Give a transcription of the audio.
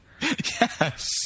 Yes